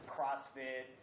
CrossFit